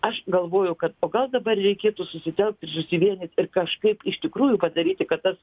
aš galvoju kad o gal dabar reikėtų susitelkt susivienyt ir kažkaip iš tikrųjų padaryti kad tas